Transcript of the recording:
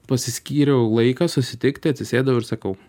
pasiskyriau laiką susitikti atsisėdau ir sakau